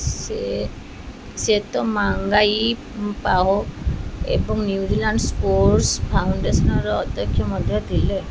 ସେ ସେତ Mangai Paho ଏବଂ ନ୍ୟୁଜିଲାଣ୍ଡ ସ୍ପୋର୍ଟସ୍ ଫାଉଣ୍ଡେସନ୍ର ଅଧ୍ୟକ୍ଷ ମଧ୍ୟ ଥିଲେ